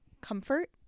comfort